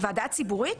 הוועדה הציבורית?